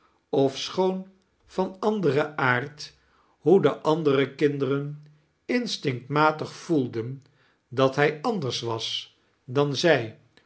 van a nderen aard kekstvertellingen hoe die andere kinderen instinctmatig voelden dat hij anders was dan zij